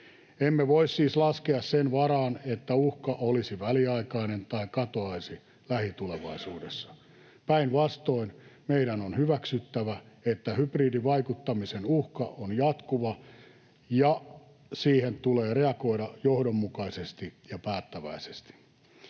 Emme voi siis laskea sen varaan, että uhka olisi väliaikainen tai katoaisi lähitulevaisuudessa. Päinvastoin meidän on hyväksyttävä, että hybridivaikuttamisen uhka on jatkuva ja siihen tulee reagoida johdonmukaisesti ja päättäväisesti.